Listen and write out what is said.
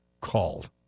called